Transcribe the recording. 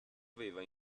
aveva